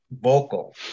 vocal